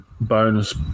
bonus